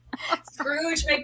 Scrooge